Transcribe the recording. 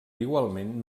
igualment